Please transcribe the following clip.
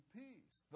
peace